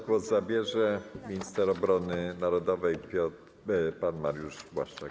Głos zabierze minister obrony narodowej pan Mariusz Błaszczak.